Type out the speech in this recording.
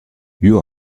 you